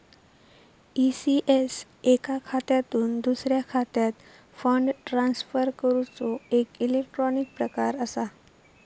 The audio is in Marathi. ई.सी.एस एका खात्यातुन दुसऱ्या खात्यात फंड ट्रांसफर करूचो एक इलेक्ट्रॉनिक प्रकार असा